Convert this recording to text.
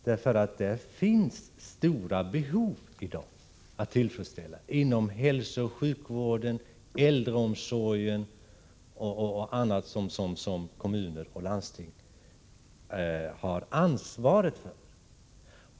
Där finns ju stora behov att tillfredsställa i dag inom hälsooch sjukvården, äldreomsorgen och andra områden som kommuner och landsting har ansvaret för.